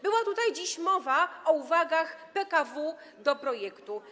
Była tutaj dziś mowa o uwagach PKW do projektu.